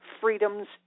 freedoms